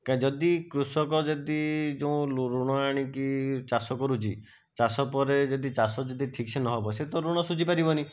କାହିଁ ଯଦି କୃଷକ ଯଦି ଯେଉଁ ଋଣ ଆଣିକି ଚାଷ କରୁଛି ଚାଷ ପରେ ଯଦି ଚାଷ ଯଦି ଠିକ୍ ସେ ନ ହେବ ସେ ତ ଋଣ ସୁଝି ପାରିବନି